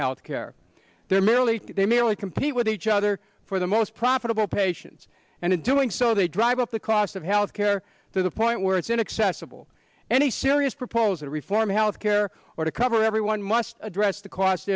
health care they are merely they merely compete with each other for the most profitable patients and in doing so they drive up the cost of health care to the point where it's inaccessible any serious proposal reform health care or to cover everyone must address the cost